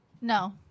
No